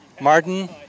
Martin